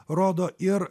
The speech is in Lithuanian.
rodo ir